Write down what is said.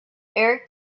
eric